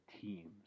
teams